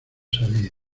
salir